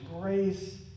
grace